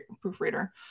proofreader